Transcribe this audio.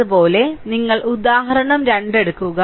അതുപോലെ നിങ്ങൾ ഉദാഹരണം 2 എടുക്കുക